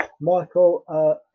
Michael